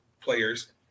players